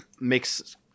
makes